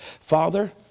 Father